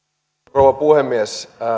rouva puhemies